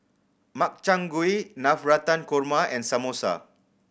Makchang Gui Navratan Korma and Samosa